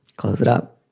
close it up,